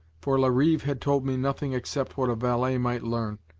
for larive had told me nothing except what a valet might learn.